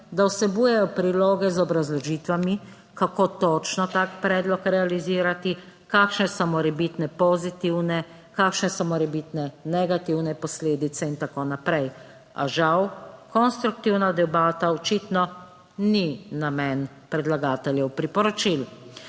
da vsebujejo priloge z obrazložitvami, kako točno tak predlog realizirati, kakšne so morebitne pozitivne, kakšne so morebitne negativne posledice in tako naprej. A žal konstruktivna debata očitno ni namen predlagateljev priporočil.